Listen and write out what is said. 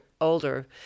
older